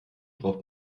braucht